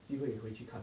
机会回去看